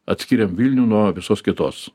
atskyrėm vilnių nuo visos kitos